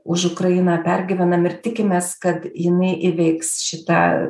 už ukrainą pergyvenam ir tikimės kad jinai įveiks šitą